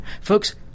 Folks